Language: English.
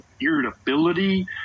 irritability